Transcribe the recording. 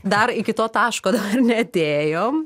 dar iki to taško dar neatėjom